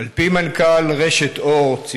על פי מנכ"ל רשת אורט,